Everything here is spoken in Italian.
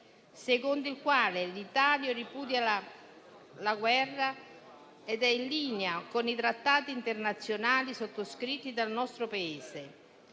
secondo il quale l'Italia ripudia la guerra, ed è in linea con i trattati internazionali sottoscritti dal nostro Paese;